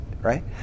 right